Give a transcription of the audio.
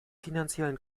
finanziellen